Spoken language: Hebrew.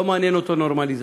לא מעניין אותו נורמליזציה.